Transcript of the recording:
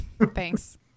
thanks